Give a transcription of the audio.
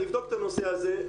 אני אבדוק את הנושא הזה.